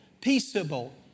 peaceable